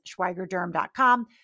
SchweigerDerm.com